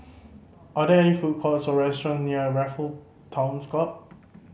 are there any food courts or restaurants near Raffle Towns Club